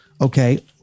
okay